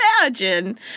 Imagine